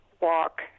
walk